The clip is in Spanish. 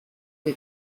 que